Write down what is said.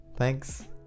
Thanks